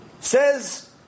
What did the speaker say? says